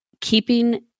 keeping